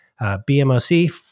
BMOC